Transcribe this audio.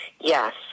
Yes